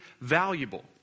valuable